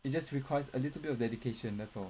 it just requires a little bit of dedication that's all